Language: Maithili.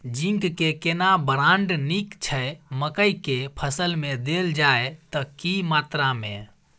जिंक के केना ब्राण्ड नीक छैय मकई के फसल में देल जाए त की मात्रा में?